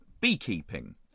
beekeeping